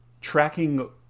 tracking